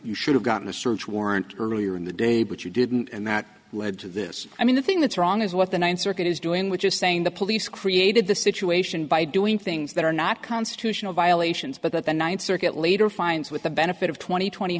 you should have gotten a search warrant earlier in the day but you didn't and that led to this i mean the thing that's wrong is what the ninth circuit is doing which is saying the police created the situation by doing things that are not constitutional violations but that the ninth circuit later finds with the benefit of twenty twenty